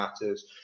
matters